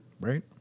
right